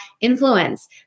influence